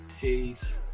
taste